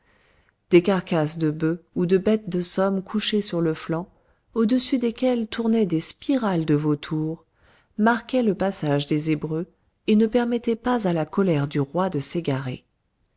des carcasses de bœufs ou de bêtes de somme couchées sur le flanc au-dessus desquelles tournoyaient des spirales de vautours marquaient le passage des hébreux et ne permettaient pas à la colère du roi de s'égarer